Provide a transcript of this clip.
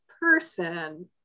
person